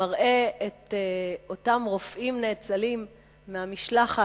שמראה את אותם רופאים נאצלים מהמשלחת